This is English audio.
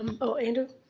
oh andrew?